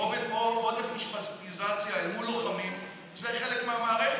ועודף משפטיזציה אל מול לוחמים זה חלק מהמערכת.